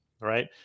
right